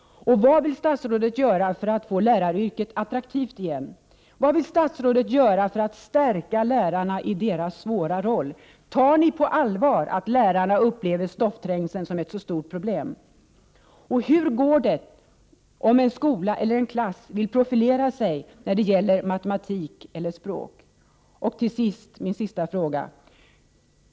Hur går det om en skola eller klass vill profilera sig när det gäller matematik eller språk?